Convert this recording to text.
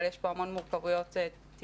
אבל יש פה המון מורכבויות תפעוליות.